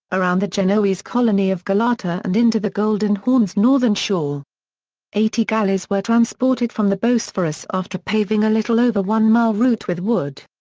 around the genoese colony of galata and into the golden horn's northern shore eighty galleys were transported from the bosphorus after paving a little over one-mile route with wood.